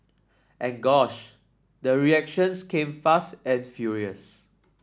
and gosh the reactions came fast and furious